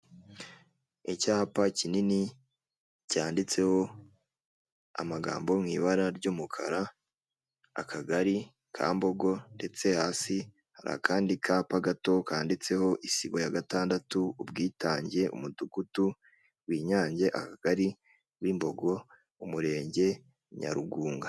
Icyapa kinini cyanditseho amagambo mu ibara ry'umukara, akagari ka Mbogo ndetse hasi hari akandi kapa gato kanditseho isibo ya gatandatu Ubwitange, umudugudu w'inyange akagari Wimbogo umurenge Nyarugunga.